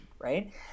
right